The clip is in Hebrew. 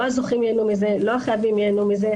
לא הזוכים ייהנו מזה, לא החייבים ייהנו מזה.